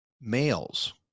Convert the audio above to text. males